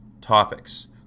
topics